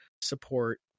support